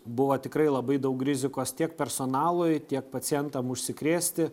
buvo tikrai labai daug rizikos tiek personalui tiek pacientam užsikrėsti